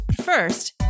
First